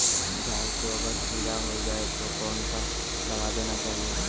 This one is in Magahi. गाय को अगर कीड़ा हो जाय तो कौन सा दवा देना चाहिए?